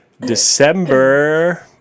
December